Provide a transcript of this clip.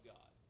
God